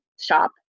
shop